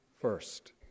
first